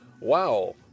wow